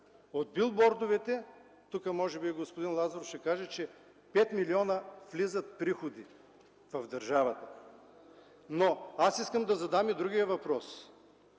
От билбордовете, тук може би господин Лазаров ще каже, че 5 милиона влизат приходи в държавата. Искам да задам обаче и другия въпрос.